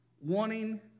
wanting